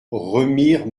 remire